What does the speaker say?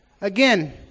Again